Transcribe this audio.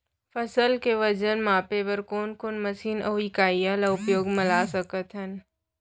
फसल के वजन मापे बर कोन कोन मशीन अऊ इकाइयां ला उपयोग मा ला सकथन?